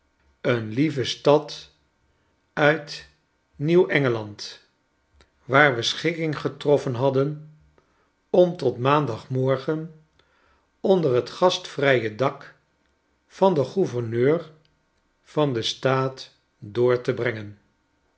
een heve stad uit nieuw engeland waar we schikking getroffen hadden om tot maandagmorgen onder t gastvrije dak van den gouverneur van den staat door te brengen